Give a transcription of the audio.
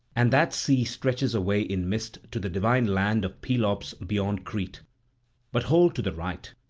and that sea stretches away in mist to the divine land of pelops beyond crete but hold to the right,